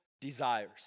desires